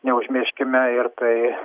neužmirškime ir tai